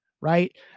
Right